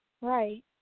Right